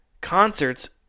concerts